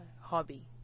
hobby